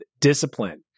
discipline